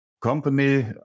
company